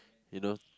you know